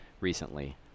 recently